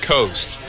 Coast